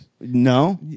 No